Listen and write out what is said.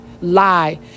lie